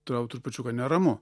tau trupučiuką neramu